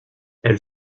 elle